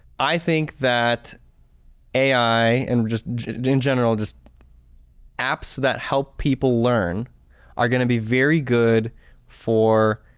i think that ai and just in general just apps that help people learn are gonna be very good for,